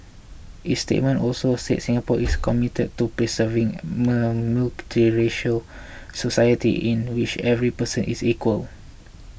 its statement also said Singapore is committed to preserving a multiracial society in which every person is equal